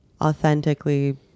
authentically